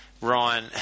Ryan